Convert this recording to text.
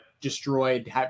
destroyed